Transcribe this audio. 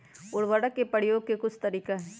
उरवरक के परयोग के कुछ तरीका हई